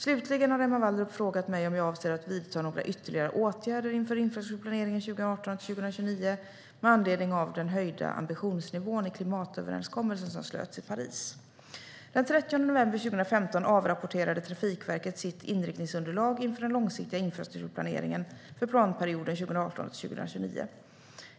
Slutligen har Emma Wallrup frågat mig om jag avser att vidta några ytterligare åtgärder inför infrastrukturplaneringen 2018-2029 med anledning av den höjda ambitionsnivån i klimatöverenskommelsen som slöts i Paris. Den 30 november 2015 avrapporterade Trafikverket sitt inriktningsunderlag inför den långsiktiga infrastrukturplaneringen för planperioden 2018-2029.